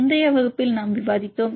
முந்தைய வகுப்பில் நாம் விவாதித்தோம்